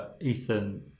Ethan